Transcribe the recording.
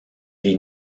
les